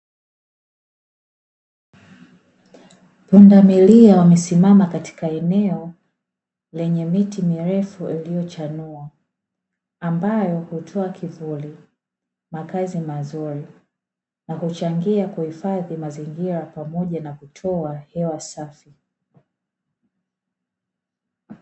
Pundamilia wamesimama katika eneo lenye miti mirefu iliyochanua, ambayo hutoa kivuli makazi mazuri na kuchangia kuhifadhi mazingira pamoja na kutoa hewa safi.